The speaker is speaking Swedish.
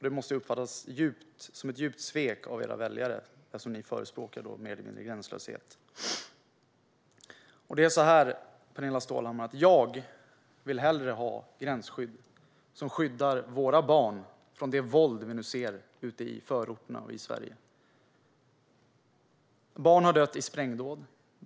Det måste ha uppfattats som ett djupt svek av era väljare eftersom ni förespråkar mer eller mindre gränslöshet. Det är så här, Pernilla Stålhammar: Jag vill hellre ha gränsskydd som skyddar våra barn från det våld vi nu ser ute i förorterna i Sverige. Barn har dött i sprängdåd.